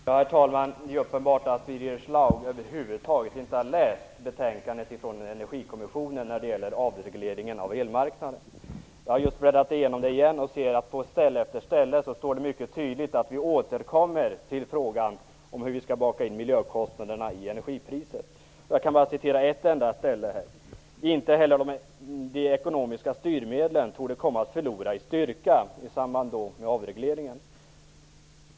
Herr talman! Det är uppenbart att Birger Schlaug över huvud taget inte har läst betänkandet från Energikommissionen när det gäller avregleringen av elmarknaden. Jag har just bläddrat igenom det igen och ser att det på ställe efter ställe mycket tydligt står att man återkommer till frågan om hur man skall baka in miljökostnaderna i energipriset. Jag kan återge ett enda ställe: Inte heller de ekonomiska styrmedlen torde komma att förlora i styrka - i samband med avregleringen.